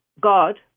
God